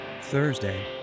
Thursday